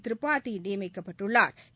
Tripathi நியமிக்கப்பட்டுள்ளாா்